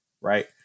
right